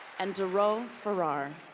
and jeror ah ferrar.